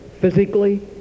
physically